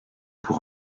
pour